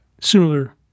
similar